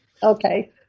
Okay